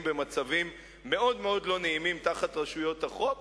במצבים מאוד מאוד לא נעימים תחת רשויות החוק.